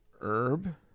herb